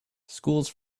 schools